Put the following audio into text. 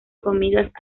comidas